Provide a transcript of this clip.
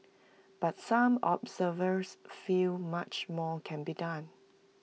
but some observers feel much more can be done